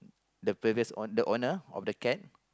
the previous owner the owner of the cat